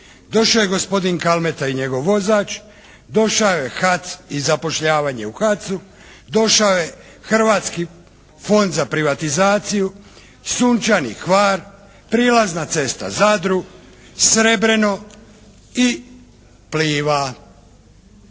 došao je gospodin Kalmeta i njegov vozač, došao je HAC i zapošljavanje u HAC-u, došao je Hrvatski fond za privatizaciju, "sunčani Hvar", prilazna cesta Zadru, Srebreno i "Pliva".